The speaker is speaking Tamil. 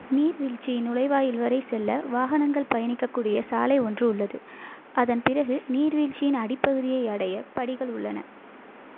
நீர்வீழ்ச்சியின் நுழைவாயில் வரை செல்ல வாகனங்கள் பயணிக்கக்கூடிய சாலை ஒன்று உள்ளது அதன் பிறகு நீர்வீழ்ச்சியின் அடிப்பகுதியை அடைய படிகள் உள்ளன